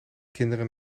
kinderen